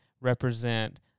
represent